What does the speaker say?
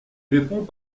réponds